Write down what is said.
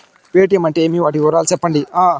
Paytm అంటే ఏమి, వాటి వివరాలు సెప్పండి?